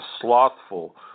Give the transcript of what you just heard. slothful